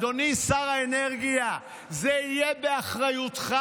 אדוני שר האנרגיה, זה יהיה באחריותך.